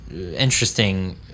interesting